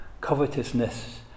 Covetousness